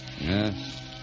Yes